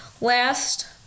Last